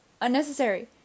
unnecessary